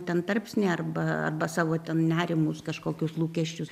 ten tarpsnį arba arba savo ten nerimus kažkokius lūkesčius